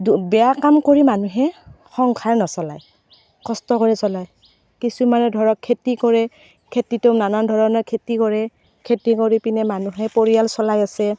দু বেয়া কাম কৰি মানুহে সংসাৰ নচলায় কষ্ট কৰি চলায় কিছুমানে ধৰক খেতি কৰে খেতিটো নানান ধৰণৰ খেতি কৰে খেতি কৰি পিনে মানুহে পৰিয়াল চলাই আছে